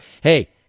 hey